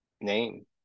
name